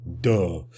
Duh